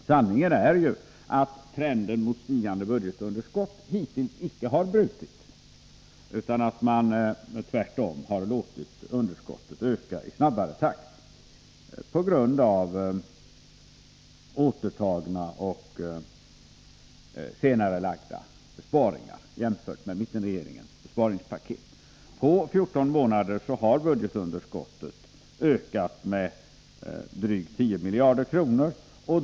Sanningen är ju att trenden mot stigande budgetunderskott hittills icke har brutits; tvärtom har man låtit underskottet öka i snabbare takt på grund av återtagna och senarelagda besparingar jämfört med mittenregeringens besparingspaket. På 14 månader har budgetunderskottet ökat med drygt 10 miljarder kronor.